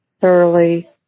thoroughly